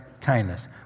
kindness